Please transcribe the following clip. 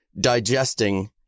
digesting